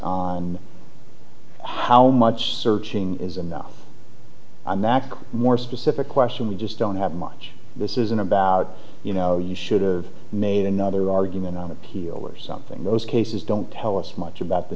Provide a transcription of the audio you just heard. points how much searching is enough on that more specific question we just don't have much this isn't about you know you should've made another argument on appeal or something most cases don't tell us much about the